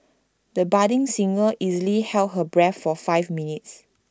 the budding singer easily held her breath for five minutes